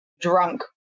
drunk